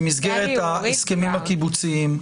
במסגרת ההסכמים הקיבוציים.